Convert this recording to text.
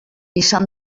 izan